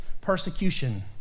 persecution